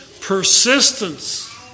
persistence